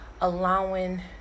allowing